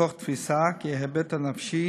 מתוך תפיסה שההיבט הנפשי